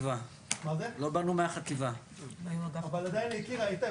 -- אבל עדיין היא הכירה היטב.